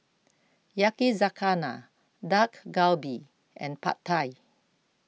Yakizakana Dak Galbi and Pad Thai